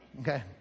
okay